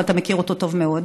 ואתה מכיר אותו טוב מאוד,